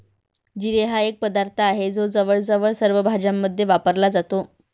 जिरे हा एक पदार्थ आहे जो जवळजवळ सर्व भाज्यांमध्ये वापरला जातो